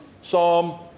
Psalm